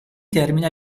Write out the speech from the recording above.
termina